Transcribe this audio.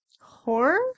Horror